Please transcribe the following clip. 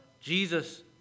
Jesus